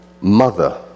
Mother